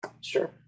Sure